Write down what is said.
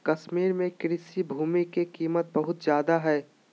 कश्मीर में कृषि भूमि के कीमत बहुत ज्यादा हइ